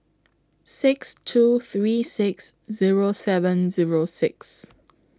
six two three six Zero seven Zero six